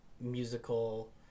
musical